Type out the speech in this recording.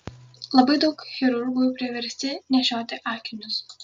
labai daug chirurgų priversti nešioti akinius